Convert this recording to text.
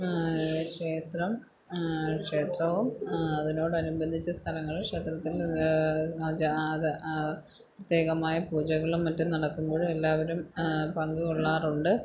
ക്ഷേത്രം ക്ഷേത്രവും അതിനോടനുബന്ധിച്ച സ്ഥലങ്ങളും ക്ഷേത്രത്തിൽ ആചാര പ്രത്യേകമായ പൂജകളും മറ്റും നടക്കുമ്പോഴെല്ലാവരും പങ്ക് കൊള്ളാറുണ്ട്